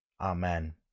Amen